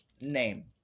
name